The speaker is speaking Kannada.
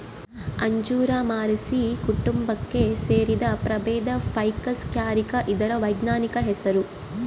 ಅಂಜೂರ ಮೊರಸಿ ಕುಟುಂಬಕ್ಕೆ ಸೇರಿದ ಪ್ರಭೇದ ಫೈಕಸ್ ಕ್ಯಾರಿಕ ಇದರ ವೈಜ್ಞಾನಿಕ ಹೆಸರು